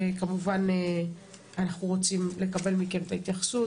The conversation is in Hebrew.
אנחנו רוצים לקבל מכם את ההתייחסות